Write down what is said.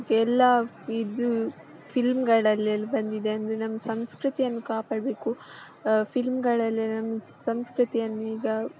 ಎಲ್ಲ ಇದು ಫಿಲ್ಮ್ಗಳಲೆಲ್ಲ ಬಂದಿದೆ ಅಂದರೆ ನಮ್ಮ ಸಂಸ್ಕೃತಿಯನ್ನು ಕಾಪಾಡಬೇಕು ಫಿಲ್ಮ್ಗಳಲ್ಲೆ ನಮ್ಮ ಸಂಸ್ಕೃತಿಯನ್ನೀಗ